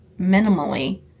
minimally